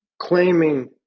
Claiming